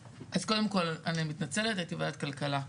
אז קודם כול אני מתנצלת, הייתי בוועדת כלכלה.